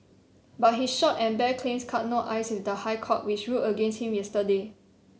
but his short and bare claims cut no ice with the High Court which ruled against him yesterday